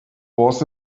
was